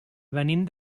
venim